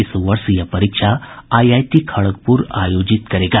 इस वर्ष यह परीक्षा आईआईटी खड़गपुर आयोजित करेगा